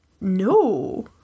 No